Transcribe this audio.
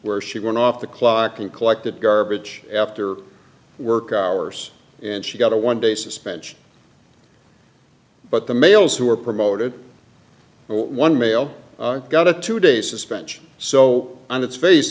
where she went off the clock and collected garbage after work hours and she got a one day suspension but the males who were promoted one male got a two day suspension so on its face